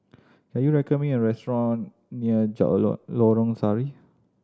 can you recommend me a restaurant near Lorong Sari